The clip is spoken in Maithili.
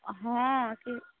हँ